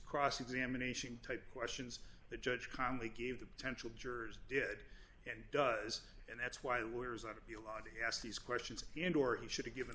cross examination type questions the judge connelly gave the potential jurors did and does and that's why lawyers are to be allowed to ask these questions and or he should be given